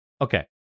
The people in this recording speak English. Okay